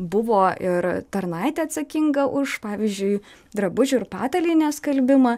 buvo ir tarnaitė atsakinga už pavyzdžiui drabužių ir patalynės skalbimą